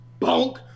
Bonk